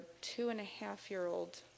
two-and-a-half-year-old